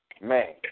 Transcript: man